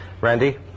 Randy